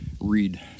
read